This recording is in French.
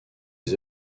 des